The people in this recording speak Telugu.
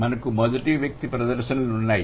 మనకు మొదటి వ్యక్తి ప్రదర్శనలు ఉన్నాయి